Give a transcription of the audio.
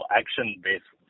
action-based